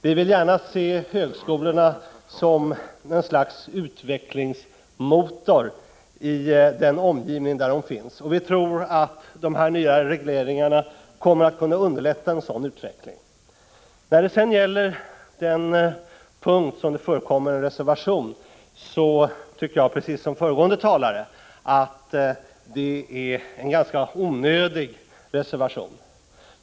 Vi vill gärna se högskolorna som något slags utvecklingsmotor i den omgivning där de finns. Vi tror att de nya reglerna kommer att kunna underlätta en sådan utveckling. Jag tycker precis som föregående talare att reservation 2 är en ganska onödig reservation.